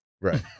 Right